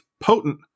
potent